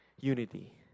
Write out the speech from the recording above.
unity